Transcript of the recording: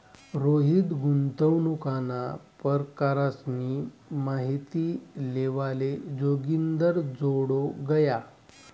रोहित गुंतवणूकना परकारसनी माहिती लेवाले जोगिंदरजोडे गया